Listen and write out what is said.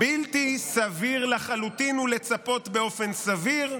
בלתי סביר לחלוטין הוא לצפות באופן סביר,